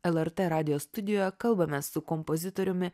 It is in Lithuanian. lrt radijo studijoje kalbamės su kompozitoriumi